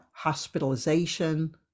hospitalization